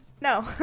No